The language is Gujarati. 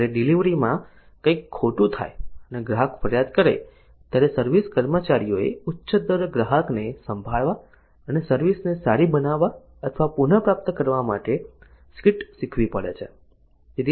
જ્યારે ડિલિવરીમાં કંઇક ખોટું થાય અને ગ્રાહક ફરિયાદ કરે ત્યારે સર્વિસ કર્મચારીઓએ ઉચ્ચ દર ગ્રાહકને સંભાળવા અને સર્વિસ ને સારી બનાવવા અથવા પુનપ્રાપ્ત કરવા માટે સ્ક્રિપ્ટ શીખવી પડે છે